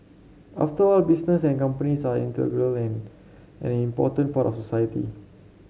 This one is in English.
after all business and companies are integral and an important part of society